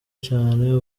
cyane